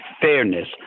fairness